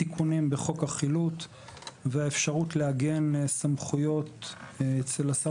תיקונים בחוק החילוט והאפשרות לעגן סמכויות אצל השר